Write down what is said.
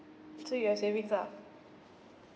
so you have savings ah